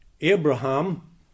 Abraham